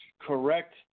correct